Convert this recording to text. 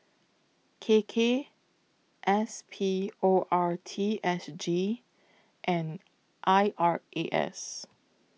K K S P O R T S G and I R A S